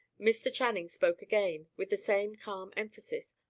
mr. channing spoke again, with the same calm emphasis.